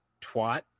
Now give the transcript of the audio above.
twat